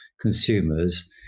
consumers